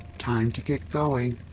time to get going.